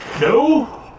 No